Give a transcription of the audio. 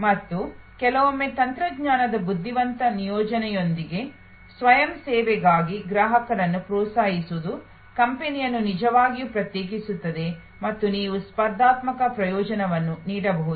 ಮತ್ತು ಕೆಲವೊಮ್ಮೆ ತಂತ್ರಜ್ಞಾನದ ಚಾಣಾಕ್ಷ ನಿಯೋಜನೆಯೊಂದಿಗೆ ಸ್ವಯಂ ಸೇವೆಗಾಗಿ ಗ್ರಾಹಕರನ್ನು ಪ್ರೋತ್ಸಾಹಿಸುವುದು ಕಂಪನಿಯನ್ನು ನಿಜವಾಗಿಯೂ ಪ್ರತ್ಯೇಕಿಸುತ್ತದೆ ಮತ್ತು ನೀವು ಸ್ಪರ್ಧಾತ್ಮಕ ಪ್ರಯೋಜನವನ್ನು ನೀಡಬಹುದು